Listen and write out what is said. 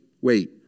wait